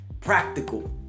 Practical